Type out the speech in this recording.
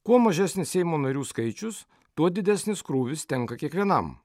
kuo mažesnis seimo narių skaičius tuo didesnis krūvis tenka kiekvienam